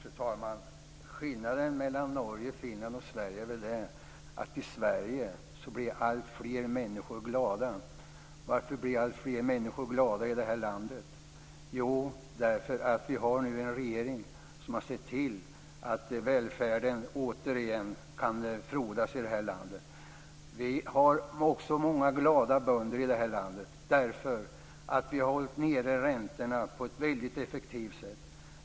Fru talman! Skillnaden mellan Norge, Finland och Sverige är väl den att alltfler människor i Sverige blir glada. Och varför blir alltfler glada i vårt land? Jo, därför att vi nu har en regering som har sett till att välfärden återigen kan frodas i vårt land. Vi har också många glada bönder i det här landet därför att vi har hållit nere räntorna på ett väldigt effektivt sätt.